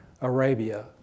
Arabia